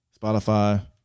Spotify